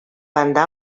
banda